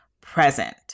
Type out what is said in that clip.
present